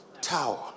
tower